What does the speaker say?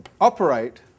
operate